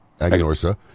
Agnorsa